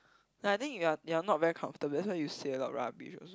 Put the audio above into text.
no I think you're you're not very comfortable that's why you say a lot rubbish also